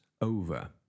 over